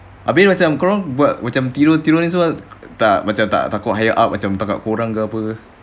abeh macam kau orang buat macam tidur tidur ni semua tak macam tak takut macam higher ups tangkap kau orang ke apa